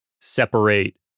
separate